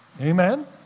Amen